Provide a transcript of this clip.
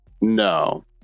no